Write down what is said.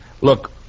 Look